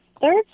third